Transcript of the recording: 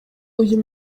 uyu